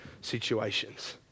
situations